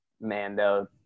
mando